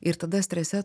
ir tada strese